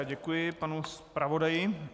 Děkuji panu zpravodaji.